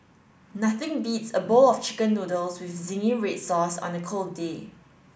nothing beats a bowl of chicken noodles with zingy red sauce on a cold day